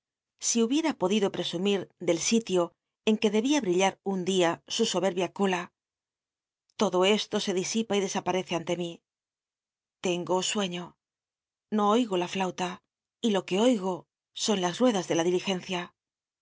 si hubiera podido presumir del sitio en que debía br ilh u un dia su soberbia cola todo esto se disipa y desaparece ante mí tengo sueño i'io oigo la flauta y lo que oigo son las ruedas de la diligencia